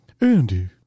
Andy